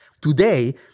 Today